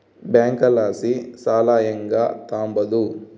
ಬ್ಯಾಂಕಲಾಸಿ ಸಾಲ ಹೆಂಗ್ ತಾಂಬದು?